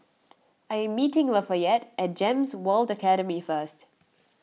I am meeting Lafayette at Gems World Academy first